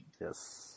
yes